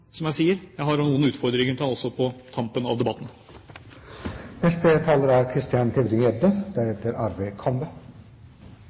men jeg vil si at jeg har noen utfordringer til interpellanten på tampen av